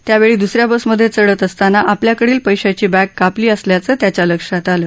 त्यावेळी द्सऱ्या बसमध्ये चढत असताना आपल्याकडची पैशांची बघ्च कापली असल्याचं त्यांच्या लक्षात आलं